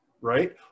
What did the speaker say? right